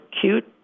cute